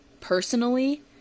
personally